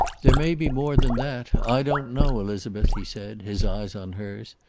there may be more than that. i don't know, elizabeth, he said, his eyes on hers.